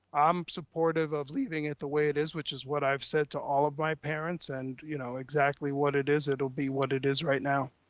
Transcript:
i'm supportive of leaving it the way it is, which is what i've said to all of my parents. and you know exactly what it is it'll be what it is right now.